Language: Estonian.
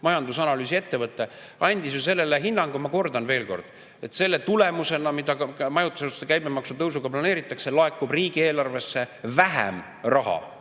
majandusanalüüsi ettevõte, andis ju sellele hinnangu. Ma kordan veel kord, et selle tulemusena, mida ka majutusasutuste käibemaksu tõusuga planeeritakse, laekub riigieelarvesse vähem raha.